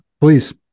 please